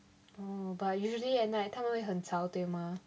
oh but usually at night 他们会很吵对吗